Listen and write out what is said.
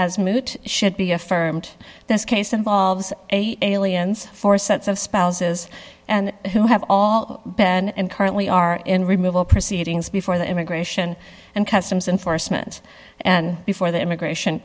as moot should be affirmed this case involves a aliens four sets of spouses and who have all been and currently are in removal proceedings before the immigration and customs enforcement and before the immigration